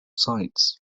sites